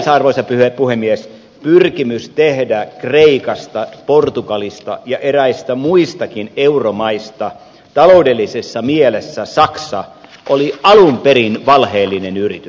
ylipäänsä arvoisa puhemies pyrkimys tehdä kreikasta portugalista ja eräistä muistakin euromaista taloudellisessa mielessä saksa oli alun perin valheellinen yritys